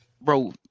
Bro